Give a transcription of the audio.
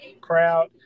crowd